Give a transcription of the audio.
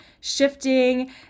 shifting